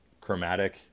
chromatic